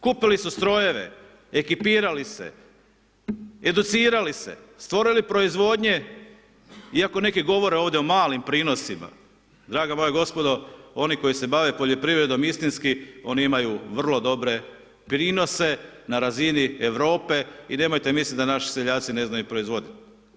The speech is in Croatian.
Kupili su strojeve, ekipirali se, educirali se, stvorili proizvodnje, iako neki govore ovdje o malim prinosima, draga moja gospodo, oni koji se bave poljoprivredom istinski, oni imaju vrlo dobre prinose na razini Europe i nemojte misliti da naši seljaci ne znaju proizvoditi.